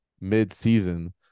mid-season